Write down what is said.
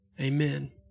Amen